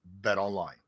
BetOnline